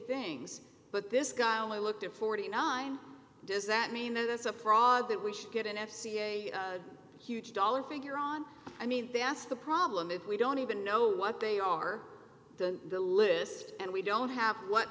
things but this guy only looked at forty nine does that mean that's a fraud that we should get an f c a huge dollar figure on i mean they asked the problem if we don't even know what they are the the list and we don't have what